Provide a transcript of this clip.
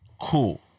cool